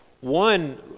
one